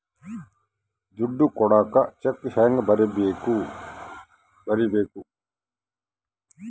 ದುಡ್ಡು ಕೊಡಾಕ ಚೆಕ್ ಹೆಂಗ ಬರೇಬೇಕು?